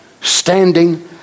standing